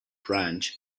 ranch